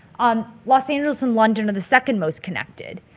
um los angeles and london are the second most connected.